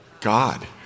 God